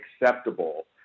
acceptable